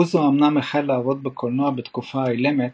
אוזו אמנם החל לעבוד בקולנוע בתקופה האילמת,